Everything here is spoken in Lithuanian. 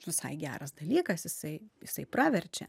visai geras dalykas jisai jisai praverčia